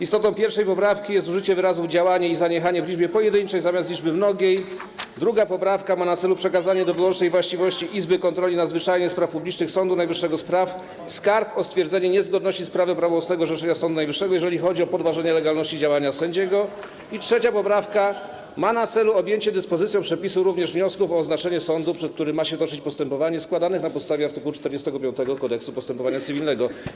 Istotą pierwszej poprawki jest użycie wyrazów: działanie i zaniechanie w liczbie pojedynczej zamiast liczby mnogiej, druga poprawka ma na celu przekazanie do wyłącznej właściwości Izby Kontroli Nadzwyczajnej i Spraw Publicznych Sądu Najwyższego spraw skarg o stwierdzenie niezgodności z prawem prawomocnego orzeczenia Sądu Najwyższego, jeżeli chodzi o podważenie legalności działania sędziego, a trzecia poprawka ma na celu objęcie dyspozycją przepisu również wniosków o oznaczenie sądu, przed którym ma się toczyć postępowanie, składanych na podstawie art. 45 Kodeksu postępowania cywilnego.